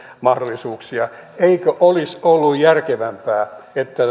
mahdollisuuksia eikö olisi ollut järkevämpää että